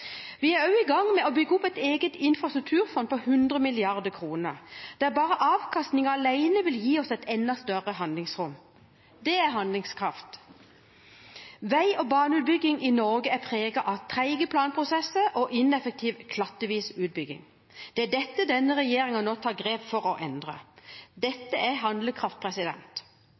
Vi er også i gang med å bygge opp et eget infrastrukturfond på 100 mrd. kr, der bare avkastningen alene vil gi oss et enda større handlingsrom. Det er handlekraft. Vei- og baneutbygging i Norge er preget av trege planprosesser og ineffektiv, klattvis utbygging. Det er dette denne regjeringen nå tar grep for å endre. Det er handlekraft.